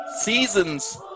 seasons